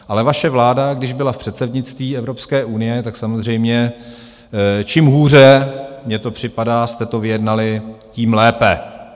Ale vaše vláda, když byla v předsednictví Evropské unie, tak samozřejmě čím hůře mně to připadá jste to vyjednali, tím lépe.